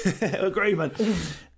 Agreement